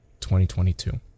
2022